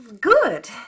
good